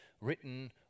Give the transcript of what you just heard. written